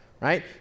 right